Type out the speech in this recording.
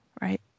right